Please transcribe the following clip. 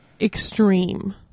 extreme